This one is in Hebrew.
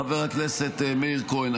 חבר הכנסת מאיר כהן,